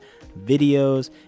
videos